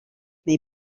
neu